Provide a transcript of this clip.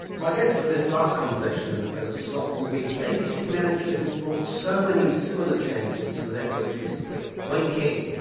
my guest for this last conversation in the present slot will be the abc manager who's brought so many similar changes to the networks recently, wayne king.